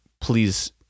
please